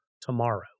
tomorrow